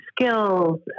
skills